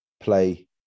play